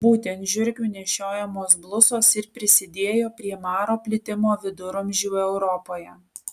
būtent žiurkių nešiojamos blusos ir prisidėjo prie maro plitimo viduramžių europoje